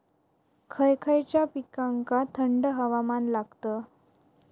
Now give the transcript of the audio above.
खय खयच्या पिकांका थंड हवामान लागतं?